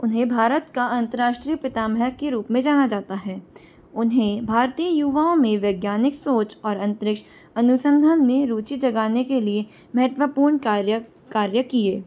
उन्हें भारत का अन्तर्राष्ट्रीय पितामह के रूप में जाना जाता है उन्हे भारतीय युवाओं में वैज्ञानिक सोच अन्तरिक्ष अनुसंधान में रुचि जगाने के लिए महत्वपूर्ण कार्य कार्य किए